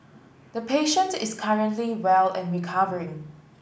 the patient is currently well and recovering